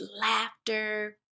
laughter